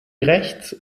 rechts